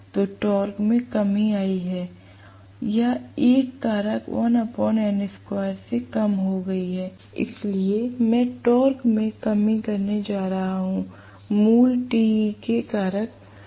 तो टॉर्क में कमी आई है या एक कारक से कम हो गई है इसलिए मैं टॉर्क में कमी करने जा रहा हूं मूल Te के कारक से